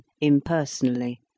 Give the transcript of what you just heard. impersonally